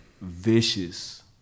vicious